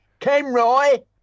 Kenroy